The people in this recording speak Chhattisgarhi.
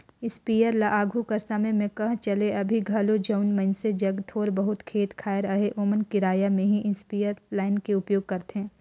इस्पेयर ल आघु कर समे में कह चहे अभीं घलो जउन मइनसे जग थोर बहुत खेत खाएर अहे ओमन किराया में ही इस्परे लाएन के उपयोग करथे